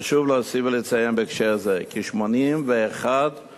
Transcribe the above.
חשוב להוסיף ולציין בהקשר זה, כי 81 רשויות